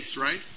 right